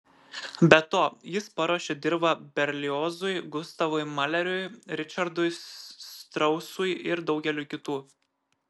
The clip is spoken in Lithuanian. be to jis paruošė dirvą berliozui gustavui maleriui ričardui strausui ir daugeliui kitų